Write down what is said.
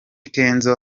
kenzo